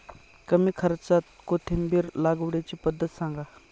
कमी खर्च्यात कोथिंबिर लागवडीची पद्धत सांगा